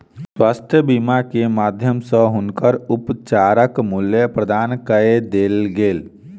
स्वास्थ्य बीमा के माध्यम सॅ हुनकर उपचारक मूल्य प्रदान कय देल गेल